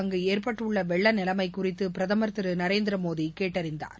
அங்கு ஏற்பட்டுள்ள வெள்ள நிலைமை குறித்து பிரதமர் திரு நரேந்திர மோடி கேட்டறிந்தார்